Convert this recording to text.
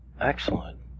Excellent